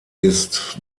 ist